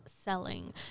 selling